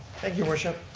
thank you, worship.